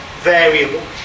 variable